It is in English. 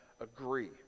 agree